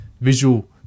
visual